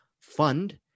fund